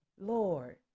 Lord